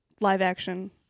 live-action